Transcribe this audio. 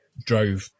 drove